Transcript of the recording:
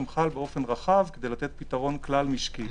חל באופן רחב כדי לתת פתרון כלל משקי.